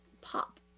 pop